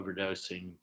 overdosing